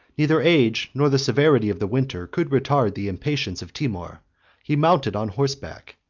neither age, nor the severity of the winter, could retard the impatience of timour he mounted on horseback,